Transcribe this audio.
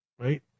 right